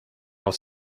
auf